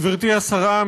גברתי השרה,